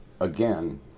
again